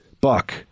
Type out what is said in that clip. Buck